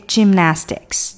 Gymnastics